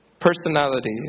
personality